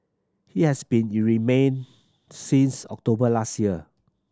he has been in remand since October last year